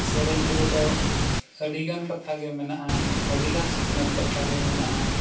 ᱥᱮᱨᱮᱧ ᱨᱮᱫᱚ ᱟᱹᱰᱤᱜᱟᱱ ᱠᱟᱛᱷᱟ ᱜᱮ ᱢᱮᱱᱟᱜᱼᱟ ᱟᱹᱰᱤ ᱜᱟᱱ ᱥᱤᱠᱷᱱᱟᱹᱛ ᱠᱟᱛᱷᱟᱜᱮ ᱢᱮᱱᱟᱜᱼᱟ